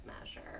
measure